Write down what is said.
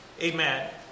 Amen